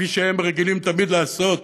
כפי שהם רגילים תמיד לעשות,